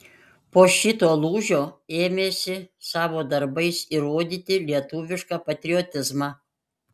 po šito lūžio ėmėsi savo darbais įrodyti lietuvišką patriotizmą